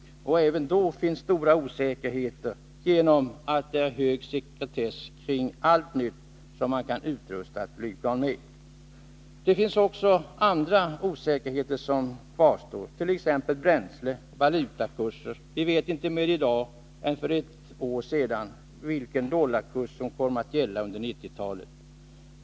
Även då är det mycket svårt att komma fram till ett klarläggande på grund av den stora sekretess som omger allt nytt som man kan utrusta ett flygplan med. Också andra osäkerheter kvarstår, t.ex. när det gäller bränsle och valutakurser. Vi vet inte mer i dag än vi gjorde för ett år sedan om vilken dollarkurs som kommer att gälla under 1990-talet.